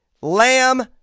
Lamb